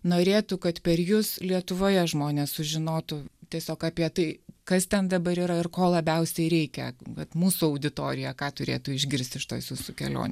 norėtų kad per jus lietuvoje žmonės sužinotų tiesiog apie tai kas ten dabar yra ir ko labiausiai reikia vat mūsų auditorija ką turėtų išgirsti iš šitos jūsų kelionė